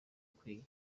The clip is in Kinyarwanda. bakwiye